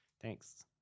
Thanks